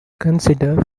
consider